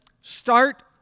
start